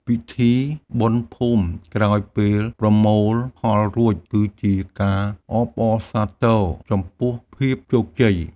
ពិធីបុណ្យភូមិក្រោយពេលប្រមូលផលរួច គឺជាការអបអរសាទរចំពោះភាពជោគជ័យ។